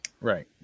Right